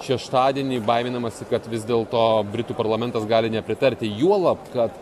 šeštadienį baiminamasi kad vis dėl to britų parlamentas gali nepritarti juolab kad